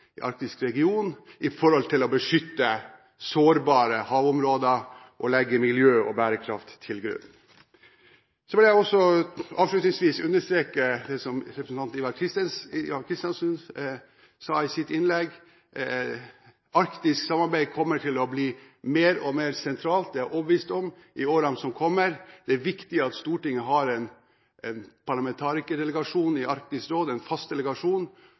arktisk region, når det gjelder å beskytte sårbare havområder og legge miljø og bærekraft til grunn. Så vil jeg avslutningsvis også understreke det som representanten Ivar Kristiansen sa i sitt innlegg: Arktisk samarbeid kommer til å bli mer og mer sentralt i årene som kommer. Det er jeg helt overbevist om. Det er viktig at Stortinget har en parlamentarikerdelegasjon i Arktisk råd, en fast delegasjon